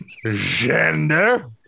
Gender